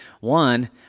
One